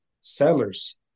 sellers